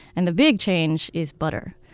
and the big change is butter.